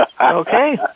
Okay